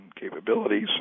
capabilities